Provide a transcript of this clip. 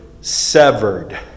severed